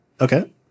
Okay